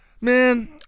Man